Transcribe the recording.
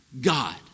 God